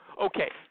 Okay